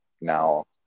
now